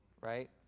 right